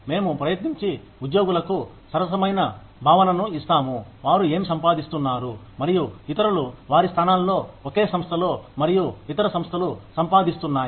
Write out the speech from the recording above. మేము ప్రయత్నించి ఉద్యోగులకు సరసమైన భావనను ఇస్తాము వారు ఏమి సంపాదిస్తున్నారు మరియు ఇతరులు వారి స్థానాల్లో ఒకే సంస్థలో మరియు ఇతర సంస్థలు సంపాదిస్తున్నాయి